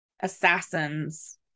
Assassins